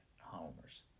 Homers